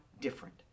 different